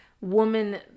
woman